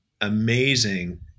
amazing